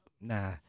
Nah